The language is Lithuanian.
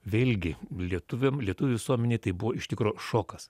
vėlgi lietuviam lietuvių visuomenei tai buvo iš tikro šokas